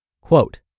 quote